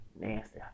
Nasty